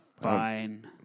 Fine